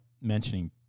mentioning